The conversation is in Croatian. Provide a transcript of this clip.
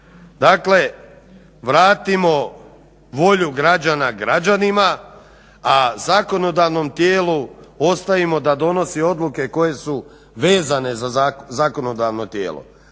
Dakle, vratimo volju građana građanima, a zakonodavnom tijelu ostavimo da donosi odluke koje su vezane za zakonodavno tijelo.